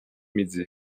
midi